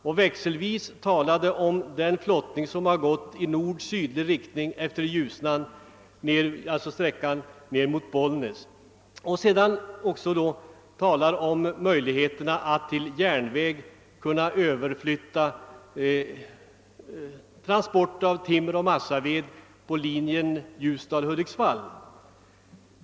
Han berörde växelvis den flottning som skett i nord-sydlig riktning ned mot Bollnäs och möjligheterna att till järnväg överflytta transport av timmer och massaved på linjen Ljusdal— Hudiksvall.